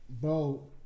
Bro